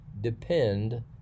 depend